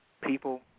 People